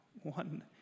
One